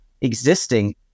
existing